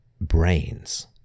brains